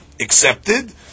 accepted